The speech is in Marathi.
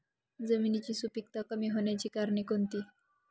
जमिनीची सुपिकता कमी होण्याची कारणे कोणती?